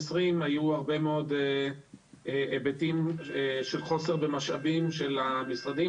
היו הרבה מאוד היבטים של חוסר במשאבים של המשרדים.